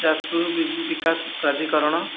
ଯାଜପୁର ବିକାଶ ପ୍ରାଧିକରଣ